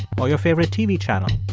or your favorite tv channel